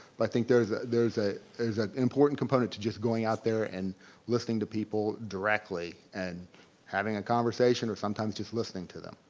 but i think there's there's ah an important component to just going out there and listening to people directly and having a conversation or sometimes just listening to them.